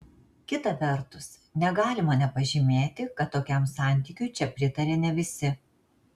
kita vertus negalima nepažymėti kad tokiam santykiui čia pritaria ne visi